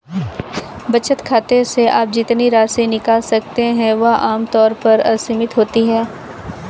बचत खाते से आप जितनी राशि निकाल सकते हैं वह आम तौर पर असीमित होती है